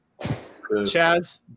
Chaz